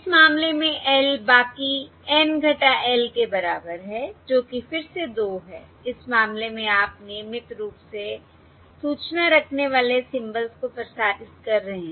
इस मामले में L बाकी N L के बराबर है जो कि फिर से 2 है इस मामले में आप नियमित रूप से सूचना रखने वाले सिंबल्स को प्रसारित कर रहे हैं